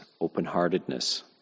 open-heartedness